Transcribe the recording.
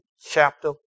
chapter